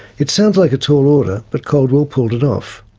it sounds like a tall order, but caldwell pulled it off.